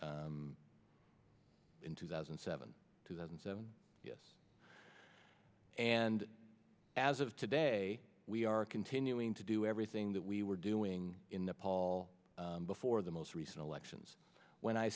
seven two thousand and seven yes and as of today we are continuing to do everything that we were doing in the pol before the most recent elections when i